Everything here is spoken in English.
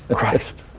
ah christ.